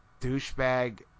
douchebag